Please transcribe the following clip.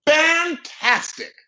Fantastic